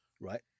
Right